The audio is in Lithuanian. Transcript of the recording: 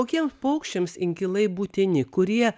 kokiem paukščiams inkilai būtini kurie